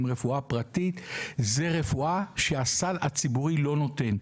רפואה פרטית היא רפואה שהסל הציבורי לא נותן.